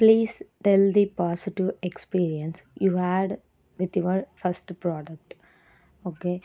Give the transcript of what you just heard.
please tell the positive experience you had with your first product okay